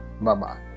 Bye-bye